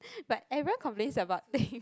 but Ariel complains about thing